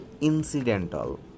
incidental